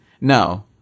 no